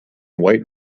white